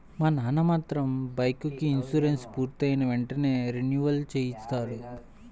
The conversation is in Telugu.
మా నాన్న మాత్రం బైకుకి ఇన్సూరెన్సు పూర్తయిన వెంటనే రెన్యువల్ చేయిస్తాడు